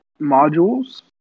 modules